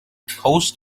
coast